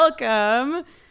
welcome